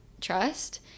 trust